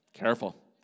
Careful